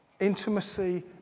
Intimacy